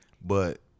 But-